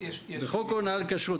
בחוק הונאה לכשרות,